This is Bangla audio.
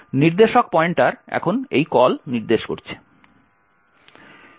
নির্দেশক পয়েন্টার এখন এই কল নির্দেশ করছে